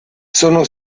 sono